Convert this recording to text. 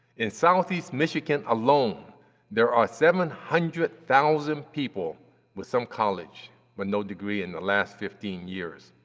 in southeast michigan alone there are seven hundred thousand people with some college but no degree in the last fifteen years.